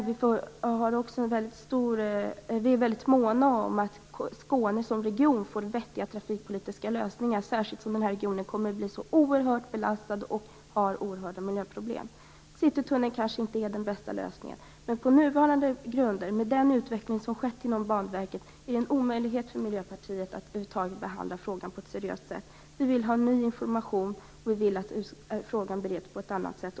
Vi är dock väldigt måna om att Skåne som region får vettiga trafikpolitiska lösningar, särskilt som den regionen, som redan har mycket stora miljöproblem, kommer att bli oerhört belastad. Citytunneln är kanske inte den bästa lösningen, men på nuvarande grunder och med den utveckling som varit inom Banverket är det en omöjlighet för oss i Miljöpartiet att över huvud taget behandla frågan på ett seriöst sätt. Vi vill ha ny information. Vi vill också att frågan bereds på annat sätt.